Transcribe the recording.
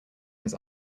his